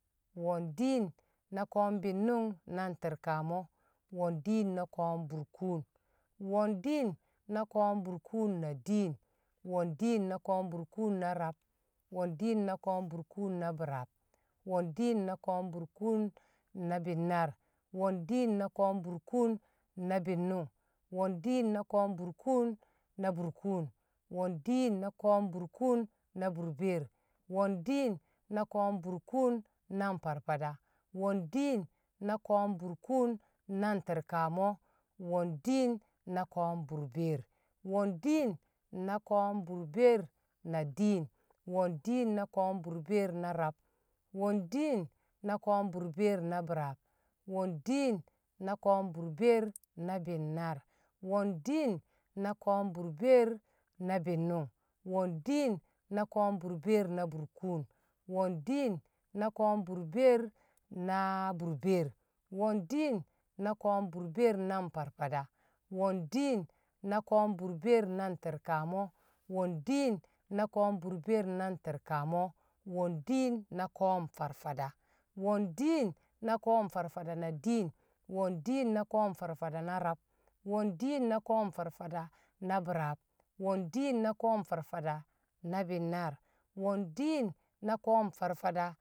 Wo̱n diin na ko̱o̱m- bi̱nnṵng na tiirkamo. Wo̱n diin na ko̱o̱m- burkuun. Wo̱n diin na ko̱o̱m- burkuun na diin. Wo̱n diin na ko̱o̱m- burkuun na rab. Wo̱n diin na ko̱o̱m- burkuun na biraab. Wo̱n diin na ko̱o̱m- burkuun na binnaar. Wo̱n diin na ko̱o̱m- burkuun na bi̱nnṵng. Wo̱n diin na ko̱o̱m- burkuun na burkuun. Wo̱n diin na ko̱o̱m- burkuun na burbeer. Wo̱n diin na ko̱o̱m- burkuun na nFarFada. Wo̱n diin na ko̱o̱m- burkuun na nTi̱rkamo. Wo̱n diin na ko̱o̱m- burbeer. Wo̱n diin na ko̱o̱m- burbeer na diin. Wo̱n diin na ko̱o̱m- burbeer na rab. Wo̱n diin na ko̱o̱m- burbeer na biraab. Wo̱n diin na ko̱o̱m- burbeer na binnaar. Wo̱n diin na ko̱o̱m- burbeer na bi̱nnṵng. Wo̱n diin na ko̱o̱m- burbeer na burkuun. Wo̱n diin na ko̱o̱m- burbeer na burbeer. Wo̱n diin na ko̱o̱m- burbeer na nFarFada. Wo̱n diin na ko̱o̱m- burbeer na nTi̱rkamo. Wo̱n diin na ko̱o̱m- burbeer na nTi̱rkamo. Wo̱n diin na ko̱o̱m- FarFada. Wo̱n diin na ko̱o̱m- FarFada na diin. Wo̱n diin na ko̱o̱m- FarFada na rab. Wo̱n diin na ko̱o̱m- FarFada na biraab. Wo̱n diin na ko̱o̱m- FarFada na binnaar. Wo̱n diin na ko̱o̱m- FarFada